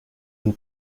you